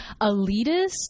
elitist